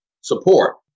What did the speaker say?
support